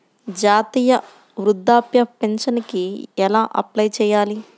జాతీయ వృద్ధాప్య పింఛనుకి ఎలా అప్లై చేయాలి?